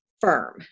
firm